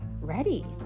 ready